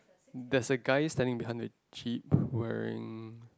that's a guy standing behind the Chipe wearing